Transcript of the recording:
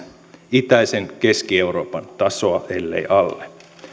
itäisen keski euroopan tasoa ellei alle